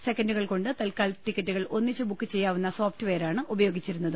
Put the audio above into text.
സെക്കന്റുകൾകൊണ്ട് തത്കാൽ ടിക്കറ്റുകൾ ഒന്നിച്ച് ബുക്ക്ചെയ്യാവുന്ന സോഫ്റ്റ്വെയറാണ് ഉപ യോഗിച്ചിരുന്നത്